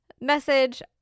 message